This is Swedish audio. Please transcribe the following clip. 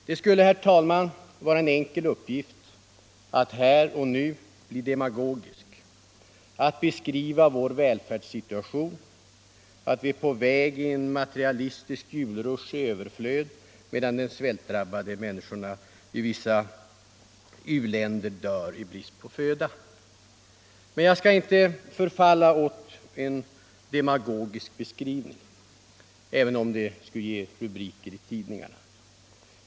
Det skulle, herr talman, vara en enkel uppgift att här och nu bli demagogisk, att beskriva vår välfärdssituation, att vi är på väg mot en materialistisk julrusch i överflöd, medan de svältdrabbade människorna i vissa u-länder dör av brist på föda. Jag skall inte förfalla till en demagogisk beskrivning, även om det skulle ge rubriker i tidningarna.